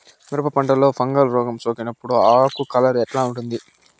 మిరప పంటలో ఫంగల్ రోగం సోకినప్పుడు ఆకు కలర్ ఎట్లా ఉంటుంది?